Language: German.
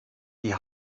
die